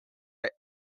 our